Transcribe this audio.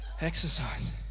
exercise